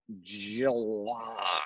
july